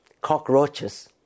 cockroaches